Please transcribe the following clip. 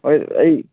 ꯍꯣꯏ ꯑꯩ